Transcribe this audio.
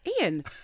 Ian